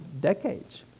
decades